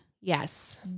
Yes